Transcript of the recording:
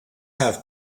have